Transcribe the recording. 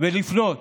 ולפנות